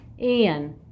Ian